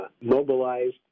mobilized